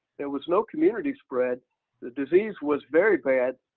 there was no community spread the disease was very bad.